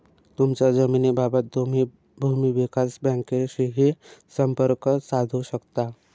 तुमच्या जमिनीबाबत तुम्ही भूमी विकास बँकेशीही संपर्क साधू शकता